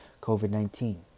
COVID-19